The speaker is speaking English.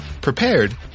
prepared